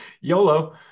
yolo